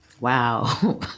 wow